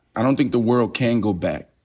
i don't think the world can go back.